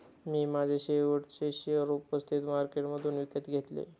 मी माझे शेवटचे शेअर उपस्थित मार्केटमधून विकत घेतले